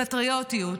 זה קודם כול פטריוטיות,